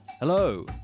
Hello